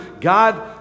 God